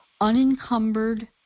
unencumbered